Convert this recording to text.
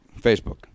facebook